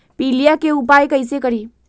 पीलिया के उपाय कई से करी?